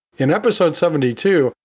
in episode seventy two,